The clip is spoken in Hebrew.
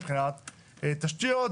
מבחינת תשתיות,